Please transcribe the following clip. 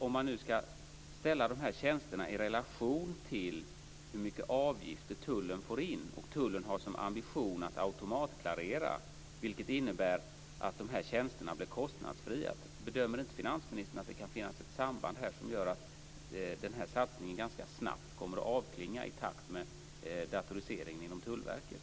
Om man nu ska ställa de här tjänsterna i relation till hur mycket avgifter tullen får in och tullen har som ambition att automatklarera, vilket innebär att de här tjänsterna blir kostnadsfria, bedömer inte finansministern att det finns ett samband som gör att den här satsningen ganska snabbt kommer att avklinga i takt med datoriseringen inom Tullverket?